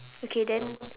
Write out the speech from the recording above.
okay then